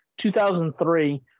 2003